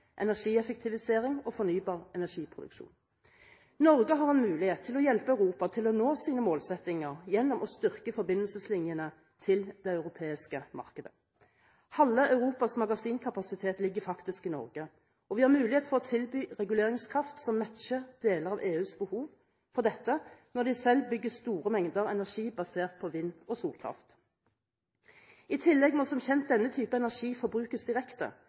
energieffektivisering og fornybar energiproduksjon. Norge har en mulighet til å hjelpe Europa til å nå sine målsettinger gjennom å styrke forbindelseslinjene til det europeiske markedet. Halve Europas magasinkapasitet ligger faktisk i Norge, og vi har mulighet for å tilby reguleringskraft som matcher deler av EUs behov for dette, når de selv bygger store mengder energi basert på vind- og solkraft. I tillegg må som kjent denne type energi forbrukes direkte,